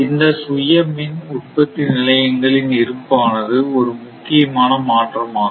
இந்த சுய மின் உற்பத்தி நிலையங்களின் இருப்பு ஆனது ஒரு முக்கியமான மாற்றமாகும்